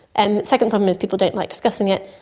and second problem is people don't like discussing it.